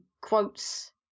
quotes